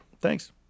Thanks